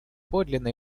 подлинной